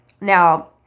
Now